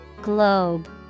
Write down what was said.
Globe